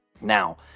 Now